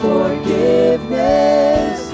Forgiveness